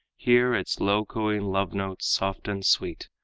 hear its low-cooing love-notes soft and sweet,